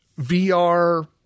VR